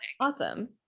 Awesome